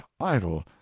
idle